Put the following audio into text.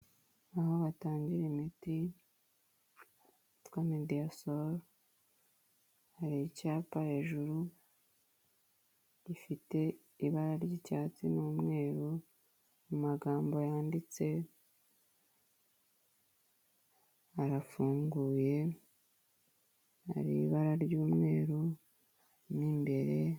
Aho batangira imiti, hitwa mediyasolu, hari icyapa hejuru, gifite ibara ry'icyatsi n'umweru, mu magambo yanditse, harafunguye, hari ibara ry'umweru mo imbere.